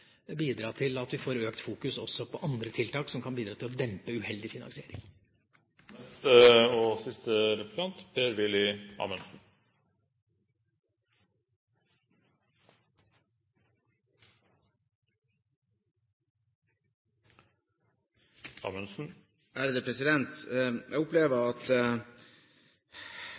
bidra til – vi får komme tilbake til Stortinget med en nærmere orientering når det er klart – at vi får økt fokus også på andre tiltak som kan bidra til å dempe uheldig finansiering. Jeg opplever at